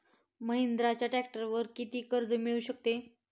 महिंद्राच्या ट्रॅक्टरवर किती कर्ज मिळू शकते?